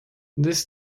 this